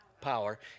power